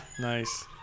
Nice